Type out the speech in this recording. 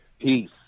Peace